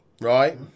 Right